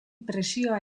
presioa